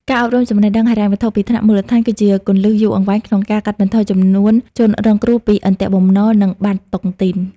ការអប់រំចំណេះដឹងហិរញ្ញវត្ថុពីថ្នាក់មូលដ្ឋាន គឺជាគន្លឹះយូរអង្វែងក្នុងការកាត់បន្ថយចំនួនជនរងគ្រោះពី "អន្ទាក់បំណុល" និង "បាត់តុងទីន"។